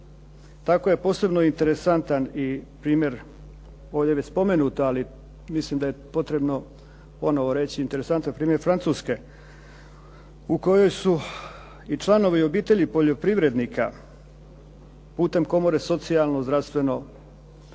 Tako je posebno interesantan i primjer, ovdje je već spomenut, ali mislim da je potrebno ponovo reći, interesantan primjer Francuske u kojoj su i članovi obitelji poljoprivrednika putem komore socijalno, zdravstveno zbrinuti,